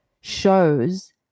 shows